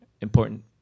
important